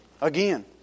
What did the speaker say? Again